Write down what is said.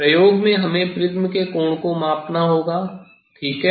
प्रयोग में हमें प्रिज्म के कोण को मापना होगा ठीक है